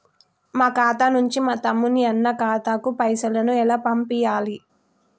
మా ఖాతా నుంచి మా తమ్ముని, అన్న ఖాతాకు పైసలను ఎలా పంపియ్యాలి?